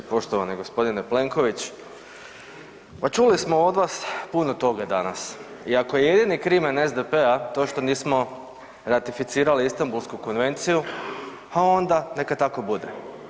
Poštovani gospodine Plenković, pa čuli smo od vas puno toga danas i ako je jedini krimen SDP-a to što nismo ratificirali Istambulsku konvenciju, a onda neka tako bude.